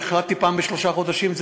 החלטתי פעם בשלושה חודשים,